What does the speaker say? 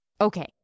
Okay